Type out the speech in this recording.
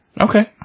Okay